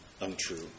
untrue